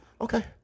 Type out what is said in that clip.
Okay